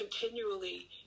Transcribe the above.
continually